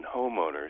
homeowners